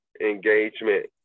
engagement